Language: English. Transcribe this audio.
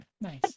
Nice